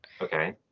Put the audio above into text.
Okay